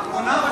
האחרונה,